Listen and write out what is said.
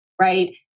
Right